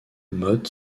motte